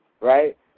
right